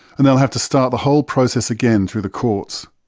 and they will have to start the whole process again through the courts.